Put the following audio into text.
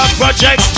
project